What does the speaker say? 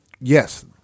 Yes